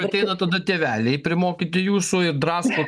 ateina tada tėveliai primokyti jūsų ir drasko